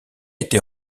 été